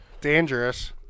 Dangerous